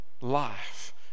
life